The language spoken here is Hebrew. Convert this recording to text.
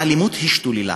האלימות השתוללה.